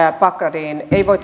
bagdadiin ei voi